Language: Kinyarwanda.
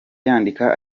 yandika